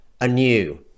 anew